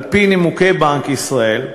על-פי נימוקי בנק ישראל,